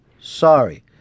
Sorry